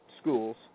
schools